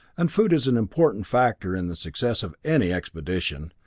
and food is an important factor in the success of any expedition.